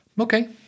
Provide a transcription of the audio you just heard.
Okay